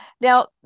Now